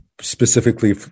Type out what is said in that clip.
specifically